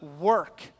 work